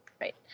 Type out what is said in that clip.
Right